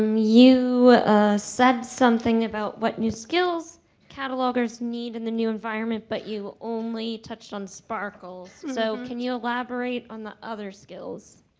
um you said something about what new skills catalogers need in the new environment, but you only touched on sparkles. so can you elaborate on the other skills?